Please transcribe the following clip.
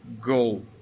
Go